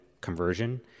conversion